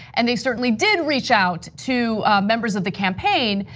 and they certainly did reach out to members of the campaign.